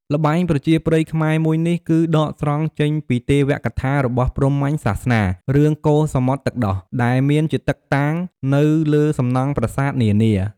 ល្បែងប្រជាប្រិយខ្មែរមួយនេះ គឺដកស្រង់ចេញពីទេវកថារបស់ព្រហ្មញ្ញសាសនា រឿង កូរសមុទ្រទឹកដោះ ដែលមានជាតឹកតាង នៅលើសំណង់ប្រាសាទនានា។